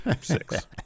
Six